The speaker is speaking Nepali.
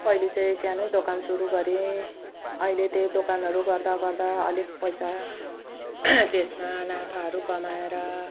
पहिले चाहिँ सानै दोकान सुरु गरेँ अहिले त्यही दोकानहरू गर्दा गर्दा अलिक पैसा त्यसमा नाफाहरू कमाएर